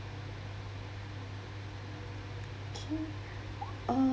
okay uh